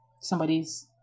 somebody's